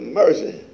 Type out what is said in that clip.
mercy